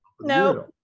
no